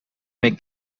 make